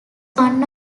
one